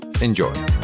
Enjoy